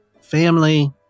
family